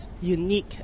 unique